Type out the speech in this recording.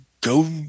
go